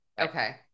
Okay